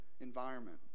environment